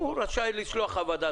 הוא רשאי לשלוח חוות דעת.